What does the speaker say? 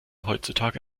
heutzutage